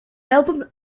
album